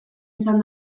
izan